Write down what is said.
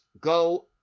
go